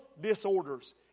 disorders